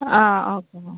ah okay ma'am